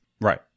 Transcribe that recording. Right